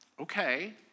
okay